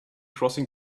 crossing